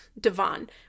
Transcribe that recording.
Devon